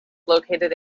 located